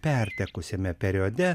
pertekusiame periode